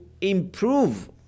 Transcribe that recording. improve